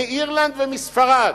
מאירלנד ומספרד.